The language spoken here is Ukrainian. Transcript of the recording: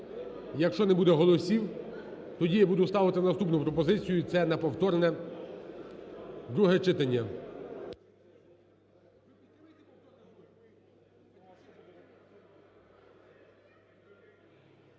якщо не буде голосів, тоді я буду ставити наступну пропозицію – це на повторне друге читання.